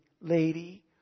lady